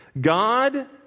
God